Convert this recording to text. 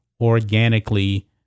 organically